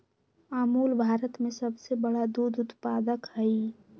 अमूल भारत में सबसे बड़ा दूध उत्पादक हई